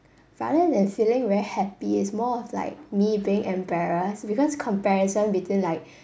rather than feeling very happy it's more of like me being embarrassed because comparison between like